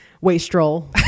wastrel